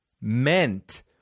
meant